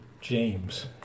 James